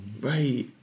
Right